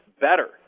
better